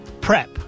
Prep